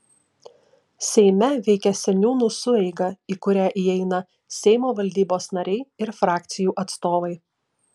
seime veikia seniūnų sueiga į kurią įeina seimo valdybos nariai ir frakcijų atstovai